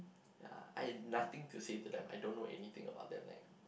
ya I have nothing to say to them I don't know anything about them like